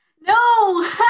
No